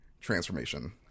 transformation